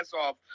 off